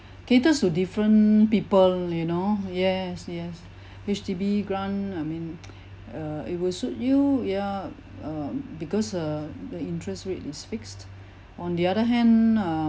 caters to different people you know yes yes H_D_B grant I mean err it will suit you ya um because uh the interest rate is fixed on the other hand